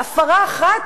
בהפרה אחת,